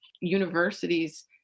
universities